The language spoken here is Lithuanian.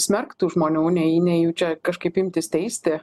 smerkt tų žmonių nei nei jų čia kažkaip imtis teisti